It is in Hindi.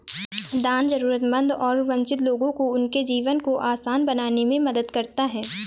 दान जरूरतमंद और वंचित लोगों को उनके जीवन को आसान बनाने में मदद करता हैं